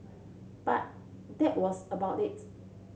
but that was about it